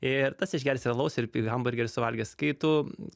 ir tas išgers ir alaus ir hamburgerį suvalgys kai tu